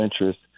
interest